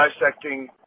dissecting